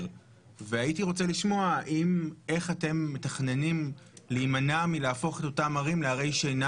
הייתי רוצה לשמוע איך אתם תימנעו מהפיכת אותן ערים לערי שינה